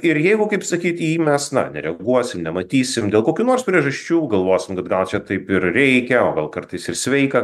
ir jeigu kaip sakyt į jį mes na nereaguosim nematysim dėl kokių nors priežasčių galvosim kad gal čia taip ir reikia o gal kartais ir sveika